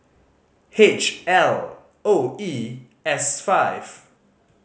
H L O E S five